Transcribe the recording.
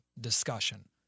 discussion